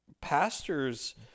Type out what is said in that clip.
pastors